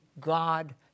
God